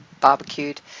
barbecued